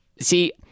see